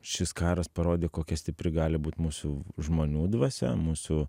šis karas parodė kokia stipri gali būt mūsų žmonių dvasia mūsų